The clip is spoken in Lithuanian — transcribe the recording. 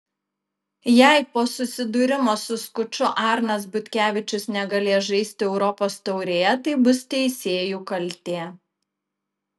jei po susidūrimo su skuču arnas butkevičius negalės žaisti europos taurėje tai bus teisėjų kaltė